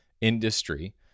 industry